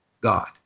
God